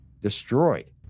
destroyed